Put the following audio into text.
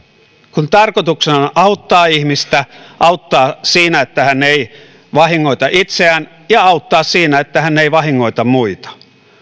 kun tarkoituksena on on auttaa ihmistä auttaa siinä että hän ei vahingoita itseään ja auttaa siinä että hän ei vahingoita muita